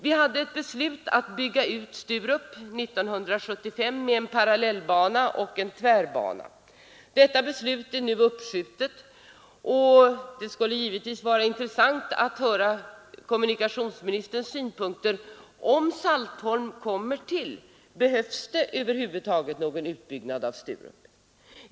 Vi har fattat beslut om att bygga ut Sturup med en parallellbana och en tvärbana 1975 men det beslutet är nu uppskjutet. Det skulle vara mycket intressant att höra kommunikationsministerns svar på denna fråga: Om Saltholm kommer till, behövs det då över huvud taget någon utbyggnad av Sturup?